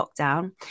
lockdown